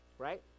right